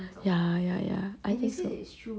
ya ya ya I think so